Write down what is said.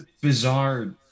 bizarre